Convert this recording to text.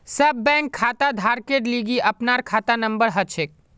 सब बैंक खाताधारकेर लिगी अपनार खाता नंबर हछेक